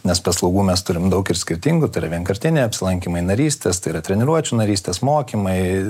nes paslaugų mes turim daug ir skirtingų tai yra vienkartiniai apsilankymai narystės tai yra treniruočių narystės mokymai